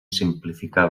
simplificar